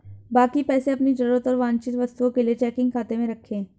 बाकी पैसे अपनी जरूरत और वांछित वस्तुओं के लिए चेकिंग खाते में रखें